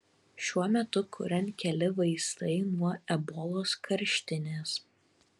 šiuo metu kuriant keli vaistai nuo ebolos karštinės